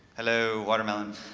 hello, watermelon.